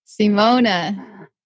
Simona